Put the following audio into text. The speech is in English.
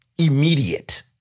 Immediate